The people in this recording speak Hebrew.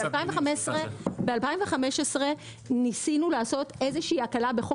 בשנת 2015 ניסינו לעשות הקלה בחוק